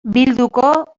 bilduko